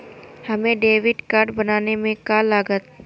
हमें debit card बनाने में का लागत?